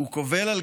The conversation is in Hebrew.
שהוא קובל על